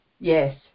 Yes